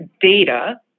data